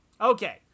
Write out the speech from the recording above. Okay